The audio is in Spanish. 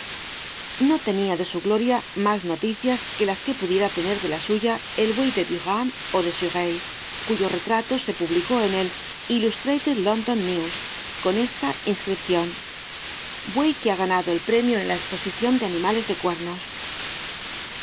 no tenia de su gloria mas noticias que las que pudiera tener de la suya el buey de durham ó de surrey cuyo retrato se publicó en el illus trated hondon netos con esta inscripcion buey que ha ganado el premio en la esposicion de animales de cuernos